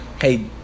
hey